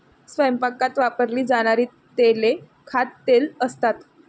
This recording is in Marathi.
स्वयंपाकात वापरली जाणारी तेले खाद्यतेल असतात